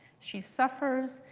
she suffers.